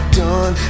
done